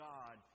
God